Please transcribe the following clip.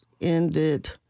ended